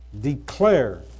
declare